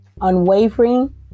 unwavering